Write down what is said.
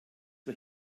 wir